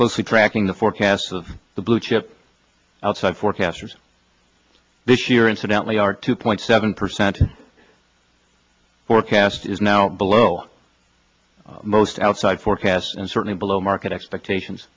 closely tracking the forecasts of the blue chip outside forecasters this year incidentally are two point seven percent forecast is now below most outside forecasts and certainly below market expectations